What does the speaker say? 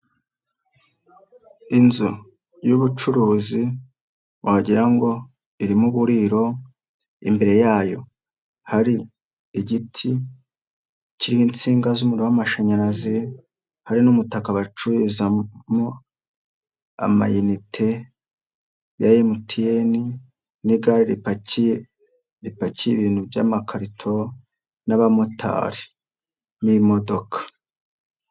Inzu y'ubucuruzi wagira ngo irimo uburiro imbere yayo hari igiti cy'insinga z'umuriro w'amashanyarazi, hari n'umutaka bacururizamo amayinite ya MTN n'igare r ripakiye ibintu by'amakarito, n'abamotari, n'imodoka.